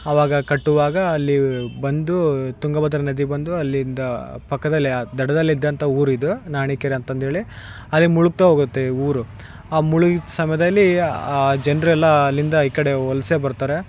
ಆವಾಗ ಕಟ್ಟುವಾಗ ಅಲ್ಲಿ ಬಂದು ತುಂಗಭದ್ರ ನದಿ ಬಂದು ಅಲ್ಲಿಂದ ಪಕ್ಕದಲ್ಲೇ ಆ ದಡದಲ್ಲಿದ್ದಂಥ ಊರು ಇದು ನಾಣಿಕೆರೆ ಅಂತಂದೇಳಿ ಅಲ್ಲಿ ಮುಳುಗುತ್ತಾ ಹೋಗುತ್ತೆ ಊರು ಆ ಮುಳ್ಗಿದ ಸಮಯದಲ್ಲಿ ಆ ಜನರೆಲ್ಲ ಅಲ್ಲಿಂದ ಈ ಕಡೆ ವಲಸೆ ಬರ್ತಾರೆ